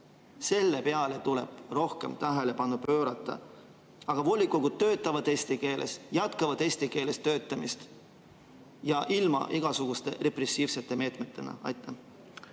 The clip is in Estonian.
Sellele tuleb rohkem tähelepanu pöörata. Aga volikogud töötavad eesti keeles, jätkavad eesti keeles töötamist, ja ilma igasuguste repressiivsete meetmeteta. Aitäh,